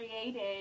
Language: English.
created